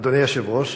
אדוני היושב-ראש,